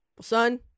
son